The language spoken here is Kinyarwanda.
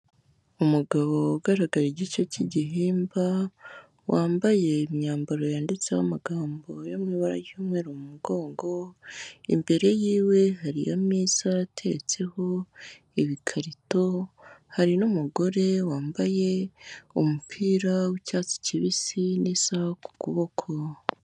Umugabo ugaragara igice cy'igihimba, wambaye imyambaro yanditseho amagambo yo mu ibara ry'umweru mu mugongo, imbere yiwe hari ameza ateretseho ibikarito, hari n'umugore wambaye umupira w'icyatsi kibisi n'isaha ku kuboko.